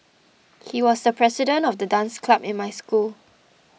he was the president of the dance club in my school